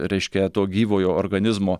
reiškia to gyvojo organizmo